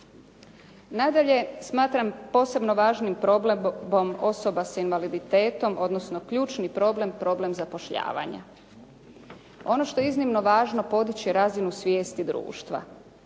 Nadalje, smatram posebno važnim problemom osoba s invaliditetom, odnosno ključni problem, problem zapošljavanja. Ono što je iznimno važno podići razinu svijesti društva.